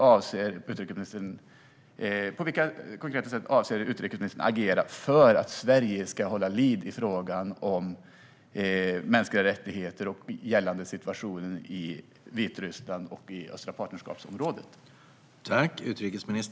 Återigen: På vilka konkreta sätt avser utrikesministern att agera för att Sverige ska hålla liv i frågan om mänskliga rättigheter och den gällande situationen i Vitryssland och i det östliga partnerskapsområdet?